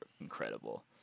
incredible